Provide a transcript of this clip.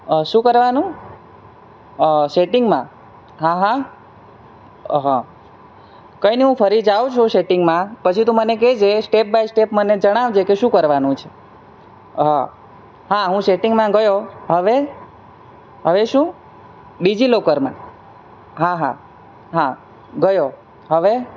શું કરવાનું સેટિંગમાં હા હા હં કંઈ નહી હું ફરી જાવ છુ સેટિંગમાં પછી તું મને કેજે સ્ટેપ બાય સ્ટેપ મને જણાવજે કે શું કરવાનું છે હ હા હું સેટિંગમાં ગયો હવે હવે શું ડીજીલોકરમાં હા હા હા ગયો હવે